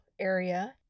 area